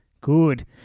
Good